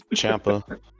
Champa